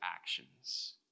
actions